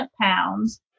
pounds